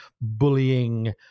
bullying